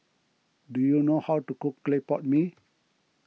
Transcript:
do you know how to cook Clay Pot Mee